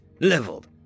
leveled